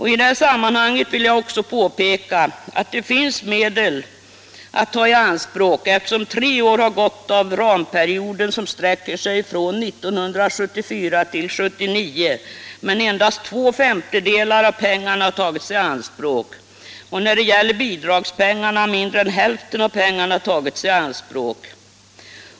I detta sammanhang vill jag också peka på att det finns medel att ta i anspråk, eftersom tre år har gått av den ramperiod som sträcker sig från 1974 till 1979 men endast två femtedelar av pengarna har tagits i anspråk. Av bidragspengarna har mindre än hälften tagits i anspråk.